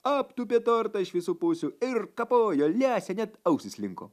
aptūpė tortą iš visų pusių ir kapojo lesė net ausys linko